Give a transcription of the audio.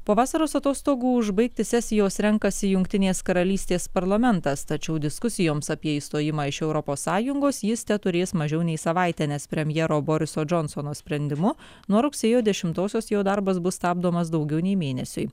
po vasaros atostogų užbaigti sesijos renkasi jungtinės karalystės parlamentas tačiau diskusijoms apie išstojimą iš europos sąjungos jis teturės mažiau nei savaitę nes premjero boriso džonsono sprendimu nuo rugsėjo dešimtosios jo darbas bus stabdomas daugiau nei mėnesiui